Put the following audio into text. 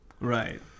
Right